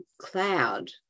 cloud